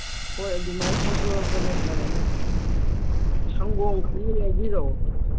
ꯍꯣꯏ ꯑꯗꯨꯃꯥꯏ ꯊꯧꯗꯣꯔꯛꯄꯅ ꯐꯔꯅꯤ ꯁꯪꯒꯣꯝ ꯈꯔ ꯌꯥꯎꯕꯤꯔꯛꯑꯣ